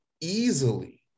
easily